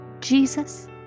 Jesus